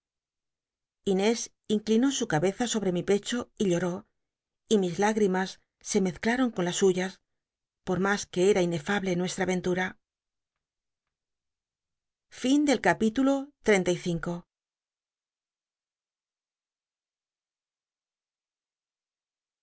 inés inclinó su cabeza sobre mi pecho y llotó y mis lágl'imas se mczchhon con las suyas por ma que era inefable